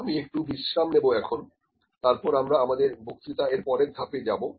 আমি একটু বিশ্রাম নেবো এখন তারপর আমরা আমাদের বক্তৃতা এর পরের ধাপে যাবো